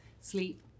sleep